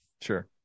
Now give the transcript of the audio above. sure